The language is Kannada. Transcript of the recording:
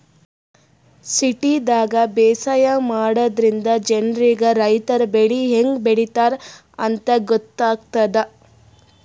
ಸಿಟಿದಾಗ್ ಬೇಸಾಯ ಮಾಡದ್ರಿನ್ದ ಜನ್ರಿಗ್ ರೈತರ್ ಬೆಳಿ ಹೆಂಗ್ ಬೆಳಿತಾರ್ ಅಂತ್ ಗೊತ್ತಾಗ್ತದ್